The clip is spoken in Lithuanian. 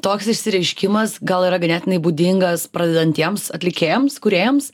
toks išsireiškimas gal yra ganėtinai būdingas pradedantiems atlikėjams kūrėjams